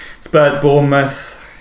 Spurs-Bournemouth